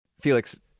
Felix